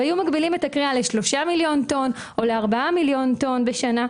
והיו מגבילים את הכרייה ל-3 או ל-4 מיליון טון בשנה,